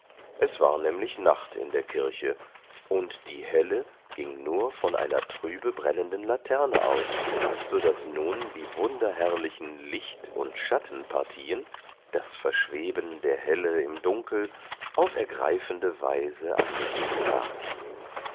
es war nämlich nacht in der kirche und die helle ging nur von einer trübe brennenden laterne aus so daß nun die wunderherrlichen licht und schattenpartien das verschweben der helle im dunkel auf ergreifende weise angegeben war